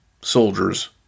soldiers